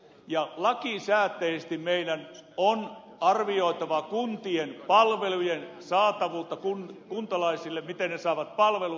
ja lakisääteisesti meidän on arvioitava kuntien palvelujen saatavuutta kuntalaisille miten he saavat palvelut